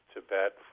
Tibet